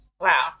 Wow